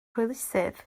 hwylusydd